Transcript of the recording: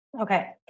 Okay